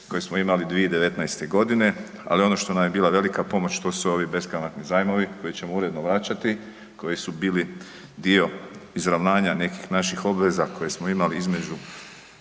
brojke smo imali 2019. g., ali ono što nam je bila velika pomoć, to su ovi beskamatni zajmovi koje ćemo uredno vraćati, koji su bili dio izravnanja nekih našim obveza koje smo imali između